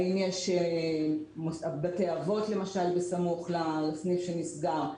האם יש בתי אבות למשל בסמוך לסניף שנסגר,